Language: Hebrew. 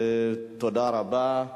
תודה רבה.